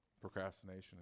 Procrastination